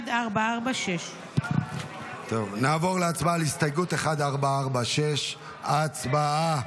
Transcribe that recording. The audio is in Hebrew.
1446. נעבור להצבעה על הסתייגות 1446. הצבעה.